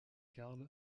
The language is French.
karl